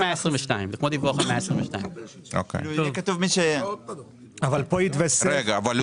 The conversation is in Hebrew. זה כמו דיווח על 122. אבל הוא צריך